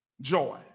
Joy